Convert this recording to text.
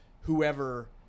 whoever